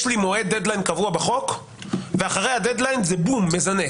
לי דד ליין קבוע בחוק ואחרי הדד ליין זה מזנק.